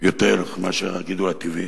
יותר מאשר הגידול הטבעי,